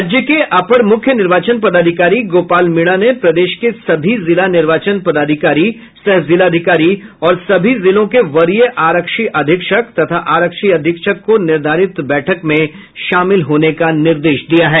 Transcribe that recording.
राज्य के अपर मुख्य निर्चाचन पदाधिकारी गोपाल मीणा ने प्रदेश के सभी जिला निर्वाचन पदाधिकारी सह जिलाधिकारी और सभी जिलों के वरीय आरक्षी अधीक्षक तथा आरक्षी अधीक्षक को निर्धारित बैठक में शामिल होने का निर्देश दिया है